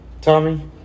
Tommy